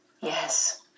Yes